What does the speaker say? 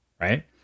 right